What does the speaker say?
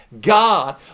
God